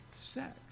sex